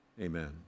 amen